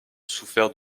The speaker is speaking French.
souffert